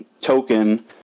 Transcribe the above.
token